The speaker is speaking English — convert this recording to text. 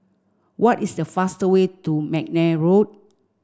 what is the fastest way to McNair Road